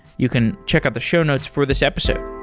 you can check out the show notes for this episode